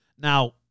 now